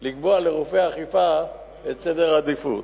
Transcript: לקבוע לגופי האכיפה את סדר העדיפויות.